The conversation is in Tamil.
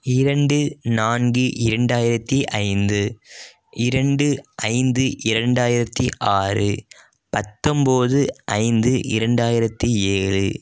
இரண்டு நான்கு இரண்டாயிரத்து ஐந்து இரண்டு ஐந்து இரண்டாயிரத்து ஆறு பத்தொம்பது ஐந்து இரண்டாயிரத்து ஏழு